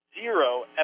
zero